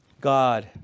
God